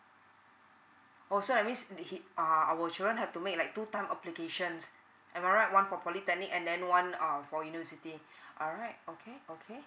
oh so that means he err our children have to make like two time applications am I right one for polytechnic and then one err for university alright okay okay